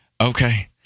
Okay